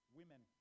women